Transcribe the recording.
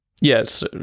Yes